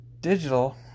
digital